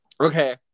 okay